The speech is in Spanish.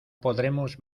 podremos